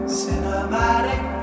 cinematic